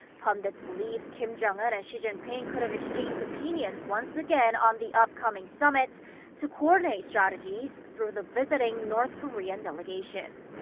pundits believe kim jong-un and xi jinping could have exchanged opinions once again on the upcoming summit to coordinate strategies. through the visiting north korean delegation.